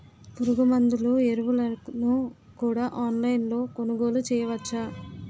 పురుగుమందులు ఎరువులను కూడా ఆన్లైన్ లొ కొనుగోలు చేయవచ్చా?